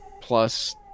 Plus